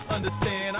Understand